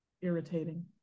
irritating